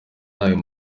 ntayo